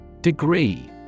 Degree